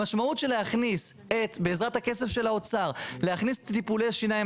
המשמעות של להכניס את טיפולי השיניים